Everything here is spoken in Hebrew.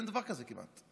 אין דבר כזה כמעט.